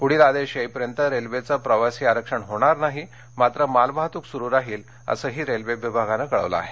पुढचे आदेश येईपर्यंत रेल्वेचं प्रवासी आरक्षण होणार नाही मात्र मालवाहतुक सुरु राहील असंही रेल्वे विभागाने कळवलं आहे